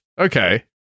okay